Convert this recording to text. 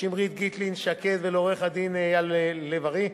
שמרית גיטלין-שקד ולעורך-הדין אייל לב-ארי.